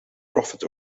profit